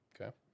Okay